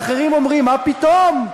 והאחרים אומרים: מה פתאום?